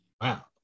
Wow